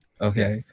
okay